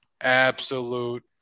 Absolute